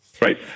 right